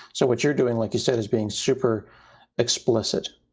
so what you're doing like you said is being super explicit.